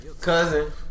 cousin